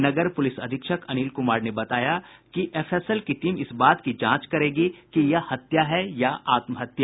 नगर police अधीक्षक अनिल कुमार ने बताया कि एफएसएल टीम बात की जांच करेगी कि यह हत्या है या आत्महत्या